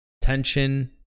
Tension